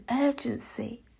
urgency